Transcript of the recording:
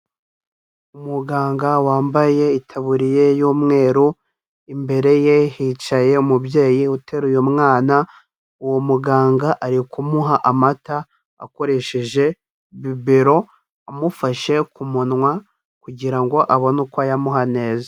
Umuganga wambaye itaburiye y'umweru imbere ye hicaye umubyeyi uteruye umwana, uwo muganga ari kumuha amata akoresheje bibero amufashe ku munwa kugira ngo abone uko ayamuha neza.